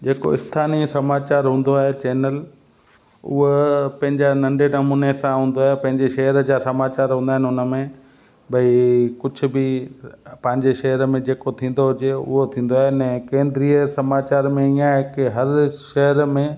जेको स्थानीय समाचारु हूंदो आहे चैनल उहे पंहिंजा नंढे नमूने सां हूंदो आहे पंहिंजे शहर जा समाचार हूंदा आहिनि उन में भाई कुझु बि पंहिंजे शहर में जेको थींदो हुजे उहो थींदो आहे केंद्रीय समाचार में ईअं आहे की हर शहर में